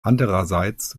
andererseits